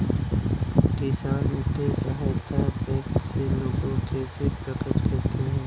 किसान वित्तीय सहायता बैंक से लोंन कैसे प्राप्त करते हैं?